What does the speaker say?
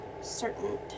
certain